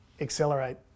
accelerate